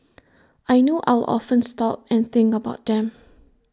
I know I'll often stop and think about them